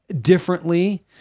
differently